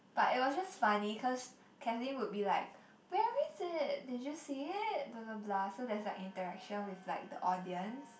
but it was just funny cause Kathleen would be like where is it did you see it blah blah blah so there's like interactions with like the audience